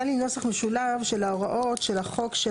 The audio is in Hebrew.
היה לי נוסח משולב של ההוראות של החוק של